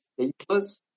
stateless